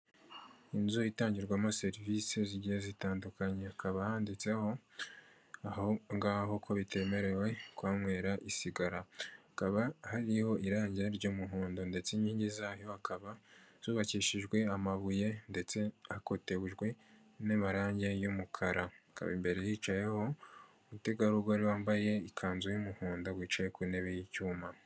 Inzu itangirwamo serivisi zigiye zitandukanye, hakaba handitseho aho ngaho ko bitemerewe kuhanywera isigara, hakaba hariho irangi ry'umuhondo ndetse inkingi zayo hakaba zubakishijwe amabuye ndetse hakotejwe n'amarange y'umukara, hakaba imbere yicayeho umutegarugori wambaye ikanzu y'umuhondo wicaye ku ntebe y'icyuma.